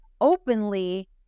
openly